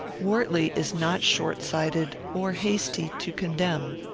wortley is not short-sighted or hasty to condemn.